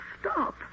stop